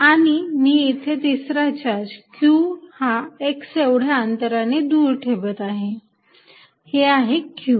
आणि मी येथे तिसरा चार्ज q हा x एवढ्या अंतराने दूर ठेवत आहे हे आहे q